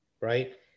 right